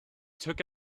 took